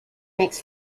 makes